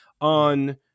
on